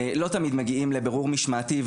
לא תמיד מגיעים לבירור משמעתי,